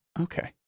Okay